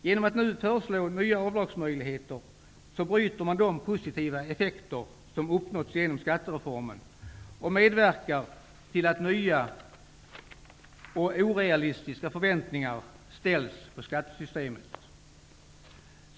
Genom att nu föreslå nya avdragsmöjligheter bryter man de positiva effekter som uppnåtts genom skattereformen och medverkar till att nya och orealistiska förväntningar ställs på skattesystemet.